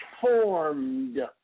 formed